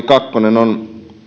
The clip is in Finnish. kakkonen on